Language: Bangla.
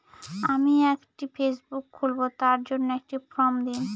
আমি একটি ফেসবুক খুলব তার জন্য একটি ফ্রম দিন?